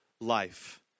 life